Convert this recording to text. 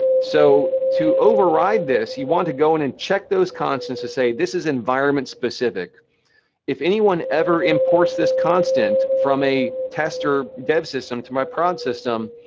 so, to override this, you want to go in and check those constants that say, this is environment-specific. if anyone ever imports this constant from a test or dev system to my prod system,